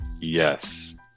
Yes